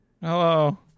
Hello